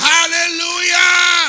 Hallelujah